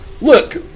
look